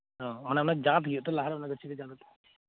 ᱚᱻ ᱚᱱᱟ ᱚᱱᱟ ᱡᱟᱫᱽ ᱦᱳᱭᱳᱜᱼᱟ ᱛᱚ ᱞᱟᱦᱟᱨᱮ ᱡᱟᱦᱟᱸᱨᱮ ᱚᱱᱟ ᱜᱟᱪᱷᱤ ᱠᱚ